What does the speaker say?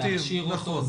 להכשיר אותו,